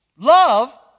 Love